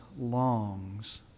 longs